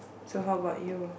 so how about you